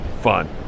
fun